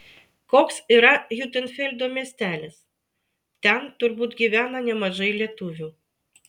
koks yra hiutenfeldo miestelis ten turbūt gyvena nemažai lietuvių